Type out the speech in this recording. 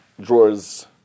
Drawers